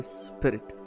spirit